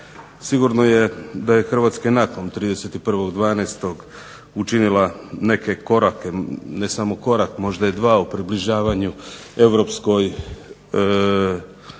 Sigurno je da je Hrvatska nakon 31. 12. učinila neke korake, ne samo korak možda i dva u približavanju Europskoj uniji.